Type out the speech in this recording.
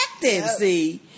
See